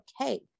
okay